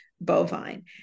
bovine